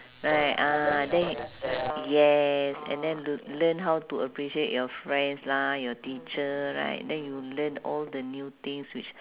right ah then yes and then to learn how to appreciate your friends lah your teacher right then you learn all the new things which